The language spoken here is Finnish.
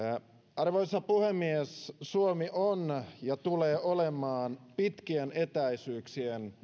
arvoisa puhemies suomi on ja tulee olemaan pitkien etäisyyksien ja